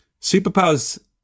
superpowers